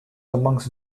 amongst